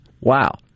Wow